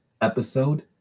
episode